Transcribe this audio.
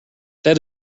that